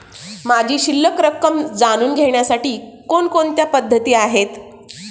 माझी शिल्लक रक्कम जाणून घेण्यासाठी कोणकोणत्या पद्धती आहेत?